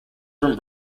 from